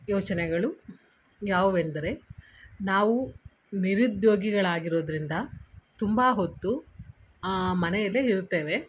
ಯೋಚನೆಗಳು ಯಾವುವೆಂದರೆ ನಾವು ನಿರುದ್ಯೋಗಿಗಳಾಗಿರೋದ್ರಿಂದ ತುಂಬ ಹೊತ್ತು ಮನೆಯಲ್ಲೇ ಇರುತ್ತೇವೆ